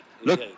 Look